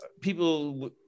people